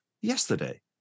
yesterday